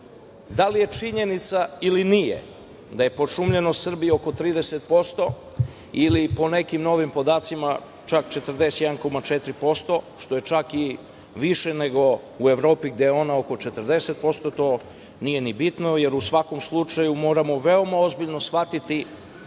li je činjenica ili nije, da je pošumljeno Srbija oko 30% ili po nekim novim podacima čak 41,4%, što je čak i više nego u Evropi gde ona oko 40%, to nije ni bitno, jer u svakom slučaju moramo veoma ozbiljno shvatiti